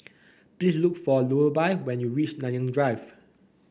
please look for Lulla when you reach Nanyang Drive